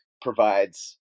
provides